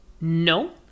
No